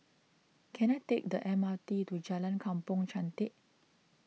can I take the M R T to Jalan Kampong Chantek